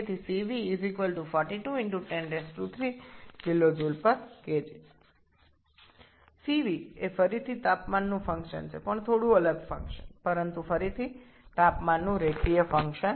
সুতরাং CV 42 × 103 kJkg CV আবার তাপমাত্রার রাশি সামান্য ভিন্ন রাশি তবে আবার তাপমাত্রার রৈখিক চলরাশি